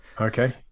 Okay